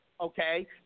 okay